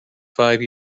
five